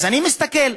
אני מסתכל,